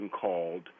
called